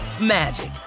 magic